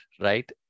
right